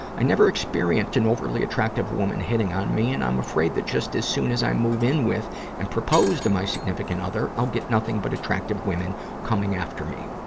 i never experienced an overly-attractive woman hitting on me, and i'm afraid that just as soon as i move in with and propose to my significant other, i'll get nothing but attractive women coming after me.